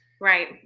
Right